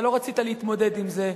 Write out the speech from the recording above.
אתה לא רצית להתמודד עם זה,